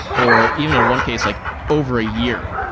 or even in one case, like over a year.